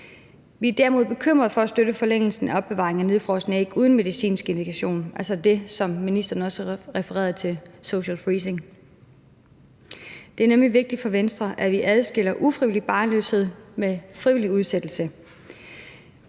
Vi er derimod bekymrede for at støtte forlængelsen af opbevaringen af nedfrosne æg uden medicinsk indikation, altså det, som ministeren også refererede til, nemlig social freezing. Det er nemlig vigtigt for Venstre, at vi adskiller ufrivillig barnløshed fra frivillig udsættelse.